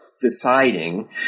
deciding